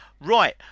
Right